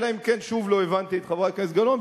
אלא אם כן שוב לא הבנתי את חברת הכנסת גלאון,